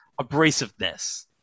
abrasiveness